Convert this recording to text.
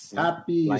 happy